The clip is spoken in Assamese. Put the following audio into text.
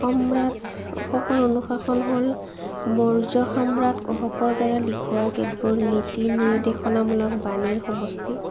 সম্ৰাট অশোকৰ অনুশাসন হ'ল মৌৰ্য সম্ৰাট অশোকৰ দ্বাৰা লিখোৱা কেতবোৰ নীতি নিৰ্দেশনামূলক বাণীৰ সমষ্টি